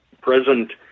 present